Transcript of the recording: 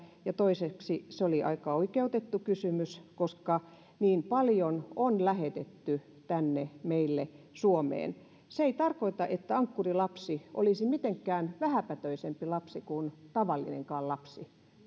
ja toiseksi se oli aika oikeutettu kysymys koska niin paljon on lähetetty lapsia tänne meille suomeen se ei tarkoita että ankkurilapsi olisi mitenkään vähäpätöisempi lapsi kuin tavallinenkaan lapsi